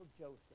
Joseph